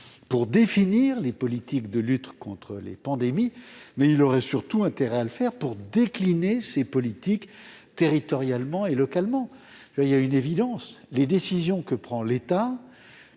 pour définir les politiques de lutte contre les pandémies, mais il aurait surtout intérêt à le faire pour décliner ses politiques territorialement et localement. Il y a une évidence : les décisions que prend l'État